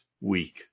week